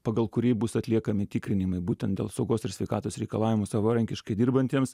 pagal kurį bus atliekami tikrinimai būtent dėl saugos ir sveikatos reikalavimų savarankiškai dirbantiems